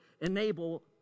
enable